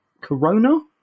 Corona